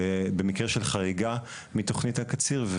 במקרה של חריגה מתוכנית הקציר,